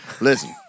Listen